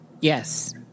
Yes